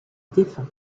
défunt